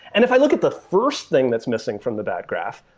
and if i look at the first thing that's missing from the bad graph,